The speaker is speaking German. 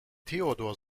theodor